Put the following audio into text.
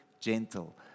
gentle